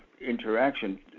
interaction